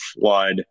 flood